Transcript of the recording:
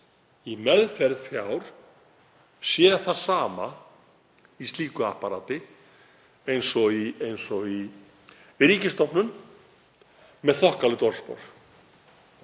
í meðferð fjár sé það sama í slíku apparati og í ríkisstofnun með þokkalegt orðspor.